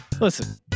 listen